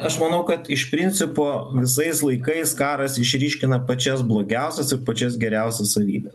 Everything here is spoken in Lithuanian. aš manau kad iš principo visais laikais karas išryškina pačias blogiausias ir pačias geriausias savybę